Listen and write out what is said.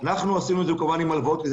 אנחנו עשינו את זה עם הלוואות כי זה